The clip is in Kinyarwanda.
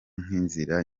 nk’inzira